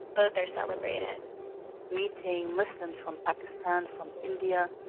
both are celebrated meeting muslims from pakistan, from india,